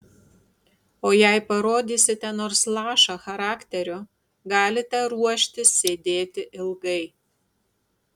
o jei parodysite nors lašą charakterio galite ruoštis sėdėti ilgai